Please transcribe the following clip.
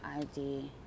ID